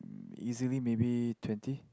easily maybe twenty